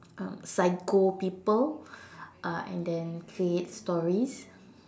um psycho people uh and then create stories